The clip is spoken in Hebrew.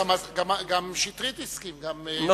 גם שטרית הסכים, גם יושב-ראש הוועדה.